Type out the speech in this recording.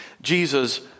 Jesus